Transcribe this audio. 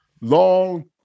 Long